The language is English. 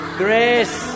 grace